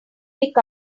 pick